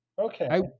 Okay